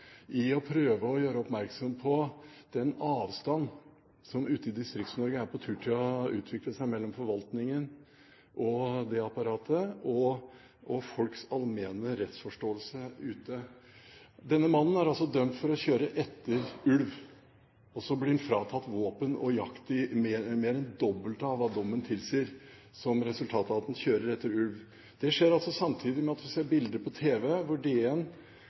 i å prøve å gjøre oppmerksom på den avstand som ute i Distrikts-Norge er på tur til å utvikle seg mellom forvaltningen, det apparatet, og folks allmenne rettsforståelse. Denne mannen er altså dømt for å kjøre etter ulv, og så blir han fratatt våpen og jaktrett lenger enn det dobbelte av hva dommen tilsier – som resultat av at han kjører etter ulv. Det skjer samtidig med at vi ser bilder på tv hvor